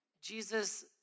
Jesus